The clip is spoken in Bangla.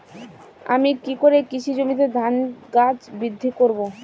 আমি কী করে কৃষি জমিতে ধান গাছ বৃদ্ধি করব?